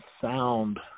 sound –